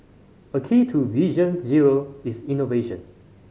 a key to Vision Zero is innovation